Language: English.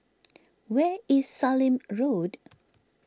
where is Sallim Road